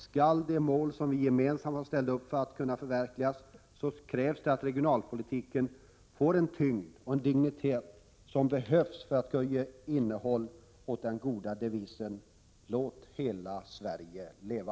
Skall de mål som vi gemensamt har ställt upp för kunna förverkligas, krävs det att regionalpolitiken får en tyngd och en dignitet som behövs för att ge innehåll åt den goda devisen Låt hela Sverige leva.